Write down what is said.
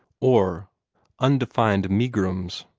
or undefined megrims.